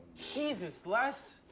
jesus, les.